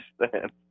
understand